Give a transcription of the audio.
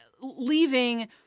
leaving